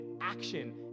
action